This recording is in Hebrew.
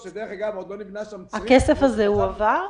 --- הכסף הזה הועבר?